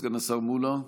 סגן השר מולא.